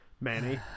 Manny